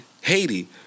Haiti